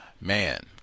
man